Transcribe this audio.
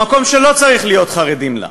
במקום שלא צריך להיות חרדים לה,